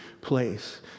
place